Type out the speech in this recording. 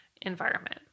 environment